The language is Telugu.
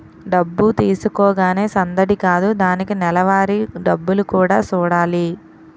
డబ్బు తీసుకోగానే సందడి కాదు దానికి నెలవారీ డబ్బులు కూడా సూడాలి